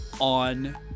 on